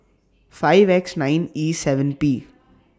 five X nine E seven P